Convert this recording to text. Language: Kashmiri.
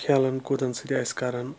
کَھیلَن کوٗدَن سۭتۍ آسہِ کَران